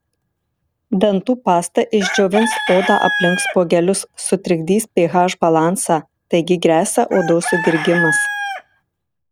dantų pasta išdžiovins odą aplink spuogelius sutrikdys ph balansą taigi gresia odos sudirgimas